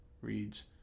reads